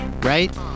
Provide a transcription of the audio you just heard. right